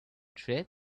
trip